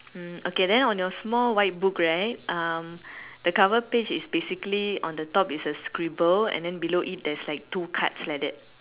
hmm okay then on your small white book right um the cover page is basically on the top is a scribble and then below it there's like two cards like that